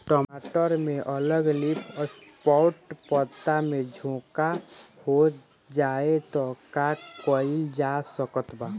टमाटर में अगर लीफ स्पॉट पता में झोंका हो जाएँ त का कइल जा सकत बा?